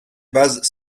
bases